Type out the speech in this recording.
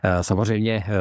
samozřejmě